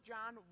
John